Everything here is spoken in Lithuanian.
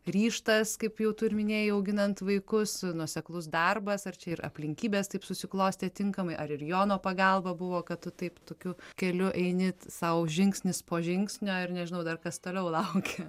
ryžtas kaip jau tu ir minėjai auginant vaikus nuoseklus darbas ar čia ir aplinkybės taip susiklostė tinkamai ar ir jono pagalba buvo kad tu taip tokiu keliu eini sau žingsnis po žingsnio ir nežinau dar kas toliau laukia